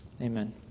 Amen